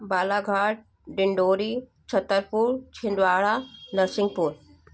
Balaghat Dindori Chhatarpur Chhindwara Narsinghpur